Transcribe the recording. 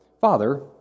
Father